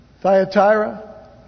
Thyatira